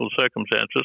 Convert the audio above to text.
circumstances